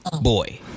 boy